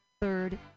Third